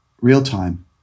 real-time